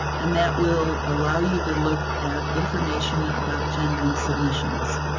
and that will allow you to look at information about genbank submissions.